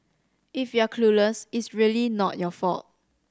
if you're clueless it's really not your fault